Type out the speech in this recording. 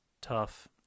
tough